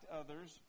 others